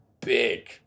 big